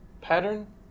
pattern